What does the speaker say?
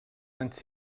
anys